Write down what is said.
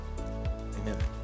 Amen